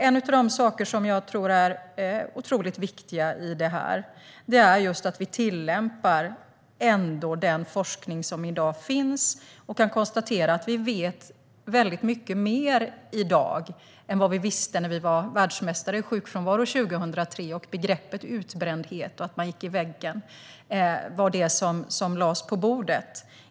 En av de saker som jag tror är otroligt viktiga i detta sammanhang är att vi tillämpar den forskning som i dag finns. Vi vet mycket mer i dag än vad vi visste när vi var världsmästare i sjukfrånvaro 2003, då begreppet utbrändhet och företeelsen att man gick in i väggen var det som lades på bordet.